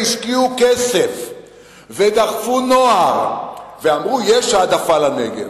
והשקיעו כסף ודחפו נוער ואמרו: יש העדפה לנגב.